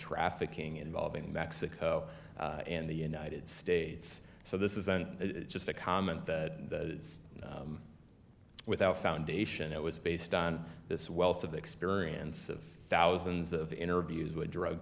trafficking involving mexico and the united states so this isn't just a comment that is without foundation it was based on this wealth of experience of thousands of interviews with drug